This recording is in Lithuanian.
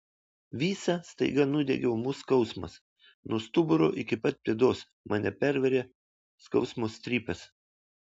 visą staiga nudiegė ūmus skausmas nuo stuburo iki pat pėdos mane pervėrė skausmo strypas